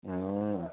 ए अँ